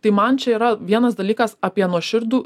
tai man čia yra vienas dalykas apie nuoširdų